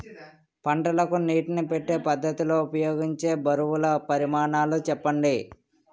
పంటలకు నీటినీ పెట్టే పద్ధతి లో ఉపయోగించే బరువుల పరిమాణాలు చెప్పండి?